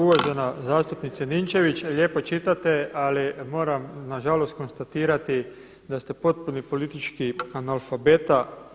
Uvažena zastupnice Ninčević, lijepo čitate ali moram na žalost konstatirati da ste politički analfabeta.